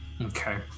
Okay